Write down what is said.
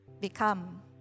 Become